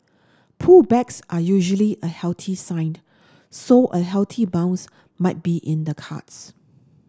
pullbacks are usually a healthy sign so a healthy bounce might be in the cards